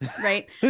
right